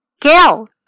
guilt